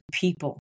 people